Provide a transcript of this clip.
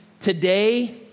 today